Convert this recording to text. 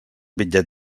bitllet